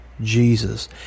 Jesus